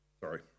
Sorry